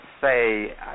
say